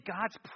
God's